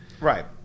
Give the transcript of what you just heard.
Right